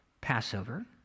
Passover